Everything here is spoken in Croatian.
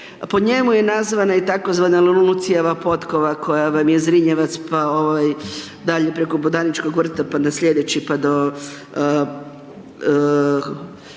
Po njemu je nazvana i tzv. Lenucieva potkova koja vam je Zrinjevac pa dalje preko Botaničkog vrta pa na sljedeći pa do